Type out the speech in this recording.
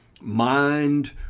mind